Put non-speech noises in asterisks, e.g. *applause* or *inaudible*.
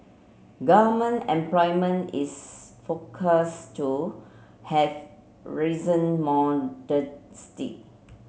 government employment is forecast to have risen *unintelligible*